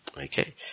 Okay